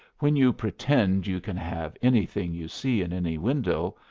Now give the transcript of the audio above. when you pretend you can have anything you see in any window,